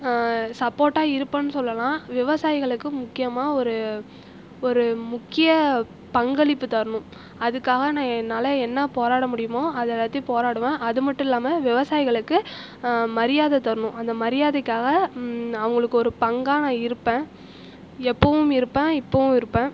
சப்போர்ட்டாக இருப்பேன்னு சொல்லலாம் விவசாயிகளுக்கு முக்கியமாக ஒரு ஒரு முக்கிய பங்களிப்பு தரணும் அதுக்காக நான் என்னால் என்ன போராட முடியுமோ அதை எல்லாத்தையும் போராடுவேன் அது மட்டும் இல்லாமல் விவசாயிகளுக்கு மரியாதை தரணும் அந்த மரியாதைக்காக அவங்களுக்கு ஒரு பங்காக நான் இருப்பேன் எப்போவும் இருப்பேன் இப்போவும் இருப்பேன்